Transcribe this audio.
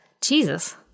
Jesus